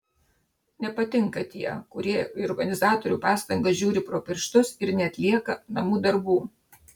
nepatinka tie kurie į organizatorių pastangas žiūri pro pirštus ir neatlieka namų darbų